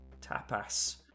Tapas